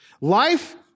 Life